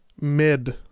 mid